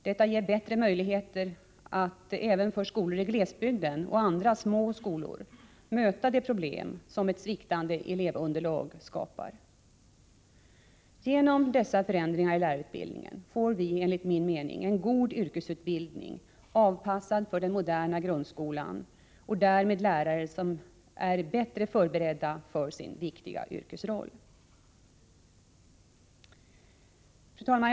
Detta ger bättre möjligheter att även för skolor i glesbygden och andra små skolor möta de problem som ett sviktande elevunderlag skapar. Genom dessa förändringar i lärarutbildningen får vi — enligt min mening — en god yrkesutbildning, avpassad för den moderna grundskolan, och därmed lärare som är bättre förberedda för sin viktiga yrkesroll. Fru talman!